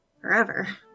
forever